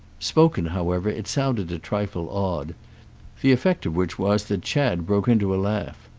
spoken, however, it sounded a trifle odd the effect of which was that chad broke into a laugh.